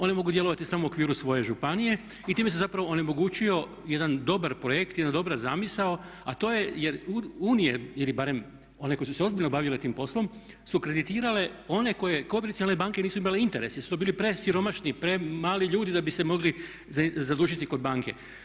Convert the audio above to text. One mogu djelovati samo u okviru svoje županije i time se zapravo onemogućio jedan dobar projekt, jedna dobra zamisao a to je da unije, ili barem one koje su se ozbiljno bavile tim poslom su kreditirale one koje komercijalne banke nisu imale interes, jer su to bili presiromašni, premali ljudi da bi se mogli zadužiti kod banke.